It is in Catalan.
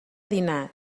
dinar